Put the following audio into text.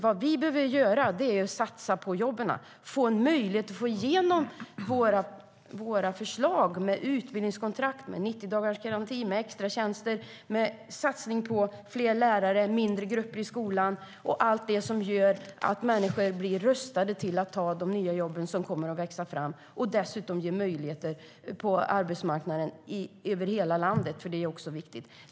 Vad vi behöver göra är att satsa på jobben och få igenom våra förslag med utbildningskontrakt, 90-dagarsgaranti, extratjänster, satsning på fler lärare, mindre grupper i skolan och allt det som gör att människor blir rustade för att ta de nya jobb som kommer att växa fram. Dessutom ska vi satsa på jobb på arbetsmarknaden i hela landet.